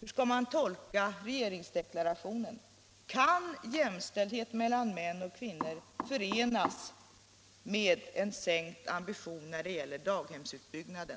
Hur skall man tolka regeringsdeklarationen? Kan jämställdhet mellan män och kvinnor förenas med en sänkt ambition när det gäller daghemsutbyggnaden?